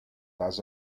does